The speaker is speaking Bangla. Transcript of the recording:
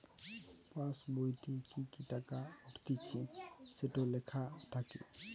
পাসবোইতে কি কি টাকা উঠতিছে সেটো লেখা থাকে